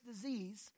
disease